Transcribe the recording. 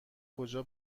کجا